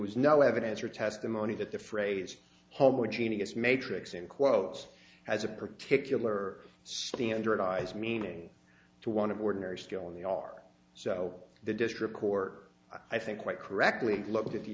was no evidence or testimony that the phrase homogeneous matrix in quotes has a particular standardized meaning to one of ordinary still in the our so the district court i think quite correctly looked at the